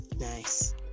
nice